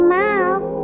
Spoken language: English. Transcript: mouth